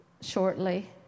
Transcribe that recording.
shortly